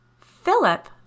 Philip